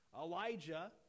Elijah